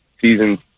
season